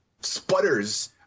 sputters